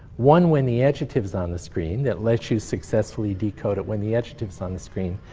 one when the adjective's on the screen that lets you successfully decode it when the adjective's on the screen,